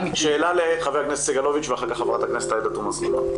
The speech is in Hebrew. שאלה של ח"כ סגלוביץ' ואחר כך ח"כ עאידה סלימאן.